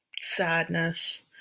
sadness